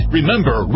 Remember